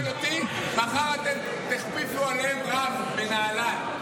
אם אתה שואל אותי, מחר אתם תכפיפו עליהם רב בנהלל.